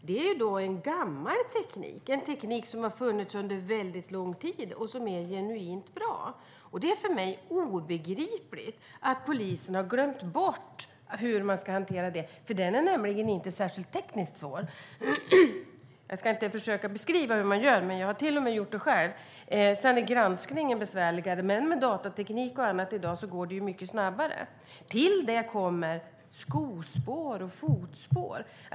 Det är en gammal teknik som har funnits under väldigt lång tid och som är genuint bra. Det är för mig obegripligt att polisen har glömt bort hur man ska hantera det. Den är nämligen inte särskilt tekniskt svår. Jag ska inte försöka beskriva hur man gör, men jag har till och med gjort det själv. Sedan är granskningen besvärligare. Men med datateknik och annat i dag går det mycket snabbare. Till det kommer skospår och fotspår.